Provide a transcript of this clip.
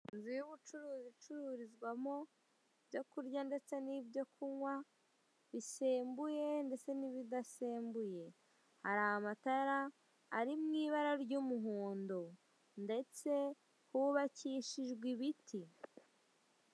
Inzu y'ubucuruzi icururizwamo ibyo kurya ndetse n'ibyo kunywa, bisembuye ndetse n'ibidasembuye. Hari matara ari mu ibara ry'umuhondo ndetse hubakishijwe ibiti.